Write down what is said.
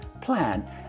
plan